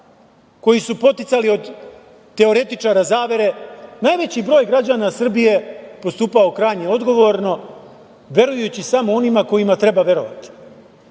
koji su poticali od teoretičara zavere, najveći broj građana Srbije postupao krajnje odgovorno, verujući samo onima kojima treba verovati,